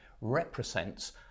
represents